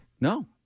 No